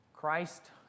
Christ